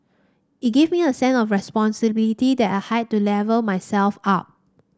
it gave me a sense of responsibility that I had to level myself up